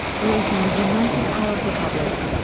creating the united arab republic.